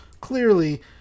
Clearly